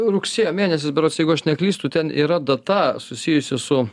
rugsėjo mėnesis berods jeigu aš neklystu ten yra data susijusi su